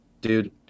dude